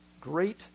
great